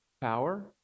Power